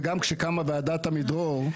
וגם כשקמה "ועדת עמידרור",